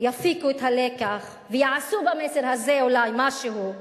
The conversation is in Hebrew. יפיקו את הלקח ויעשו במסר הזה אולי משהו.